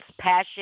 passion